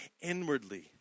inwardly